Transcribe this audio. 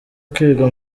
kwiga